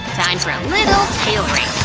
time for a little tailoring!